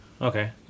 Okay